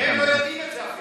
והם לא יודעים את זה אפילו.